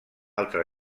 altra